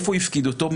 היכן הוא הפקיד אותו.